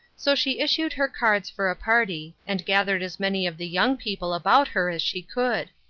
so she issued her cards for a party, and gathered as many of the young people about her as she could.